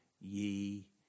ye